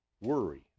worry